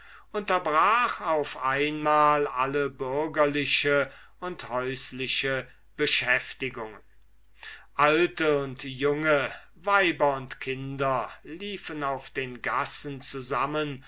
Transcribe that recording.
unterbrach auf einmal alle bürgerliche und häusliche beschäftigungen alte und junge weiber und kinder liefen auf den gassen zusammen